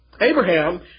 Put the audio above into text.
Abraham